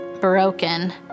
broken